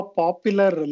popular